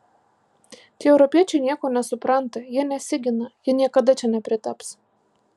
tie europiečiai nieko nesupranta jie nesigina jie niekada čia nepritaps